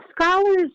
scholars